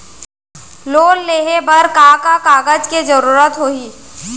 Loan लेहे बर का का कागज के जरूरत होही?